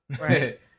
Right